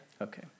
Okay